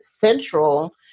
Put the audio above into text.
central